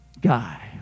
guy